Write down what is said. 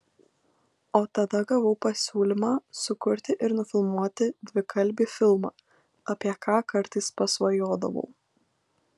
o tada gavau pasiūlymą sukurti ir nufilmuoti dvikalbį filmą apie ką kartais pasvajodavau